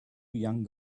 young